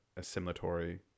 assimilatory